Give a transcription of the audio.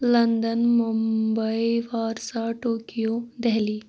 London Bombay Warsaw Tokyo Delhi